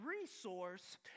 resource